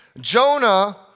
Jonah